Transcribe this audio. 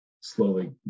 slowly